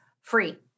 free